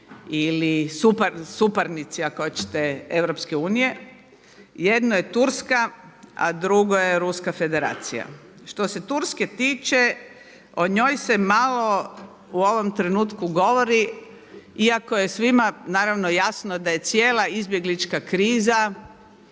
ili suparnici ako hoćete EU. Jedno je Turska, a drugo je Ruska Federacija. Što se Turske tiče o njoj se malo u ovom trenutku govori iako je svima naravno jasno da je cijela izbjeglička kriza